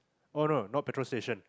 oh no not petrol station